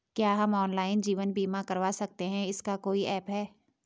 क्या हम ऑनलाइन जीवन बीमा करवा सकते हैं इसका कोई ऐप है?